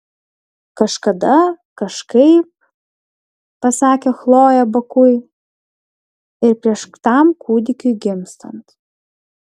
kažkada kažkaip pasakė chlojė bakui ir prieš tam kūdikiui gimstant